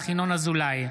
אינו נוכח ינון אזולאי,